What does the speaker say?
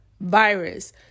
virus